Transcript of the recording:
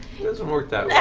it doesn't work that yeah